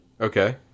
Okay